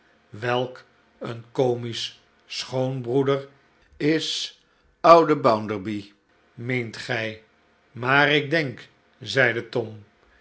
welk een comisch schoonbroeder is oude bounderby meent gij naar ik denk zeide tom